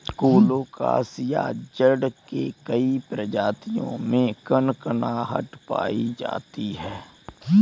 colocasia जड़ के कई प्रजातियों में कनकनाहट पायी जाती है